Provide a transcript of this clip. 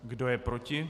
Kdo je proti?